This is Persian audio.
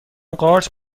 قارچ